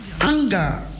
Anger